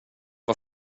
var